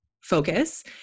focus